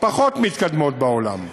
פחות מתקדמות בעולם.